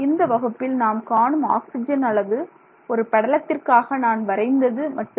இந்த வகுப்பில் நாம் காணும் ஆக்சிஜன் அளவு ஒரு படத்திற்காக நான் வரைந்தது மட்டுமே